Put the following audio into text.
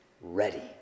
ready